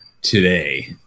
today